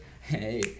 Hey